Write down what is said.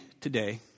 today